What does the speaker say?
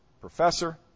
professor